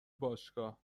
باشگاه